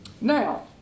Now